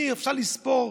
אפשר לספור,